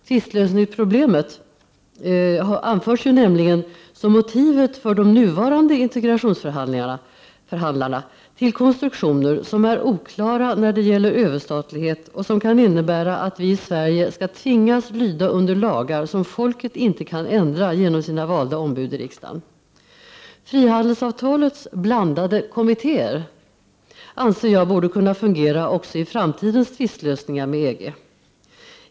Tvistlösningsproblemet anförs nämligen som motivet för de nuvarande integrationsförhandlarna till konstruktioner som är oklara när det gäller överstatlighet och som kan innebära att vi i Sverige skall tvingas lyda under lagar som folket inte kan ändra genom sina valda ombud i riksdagen. Frihandelsavtalets blandade kommittéer anser jag borde kunna fungera också i framtidens tvistlösningar med EG.